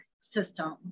system